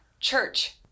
Church